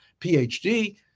PhD